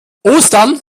ostern